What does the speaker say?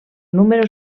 número